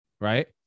right